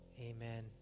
amen